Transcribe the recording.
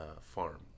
farm